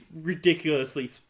ridiculously